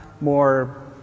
more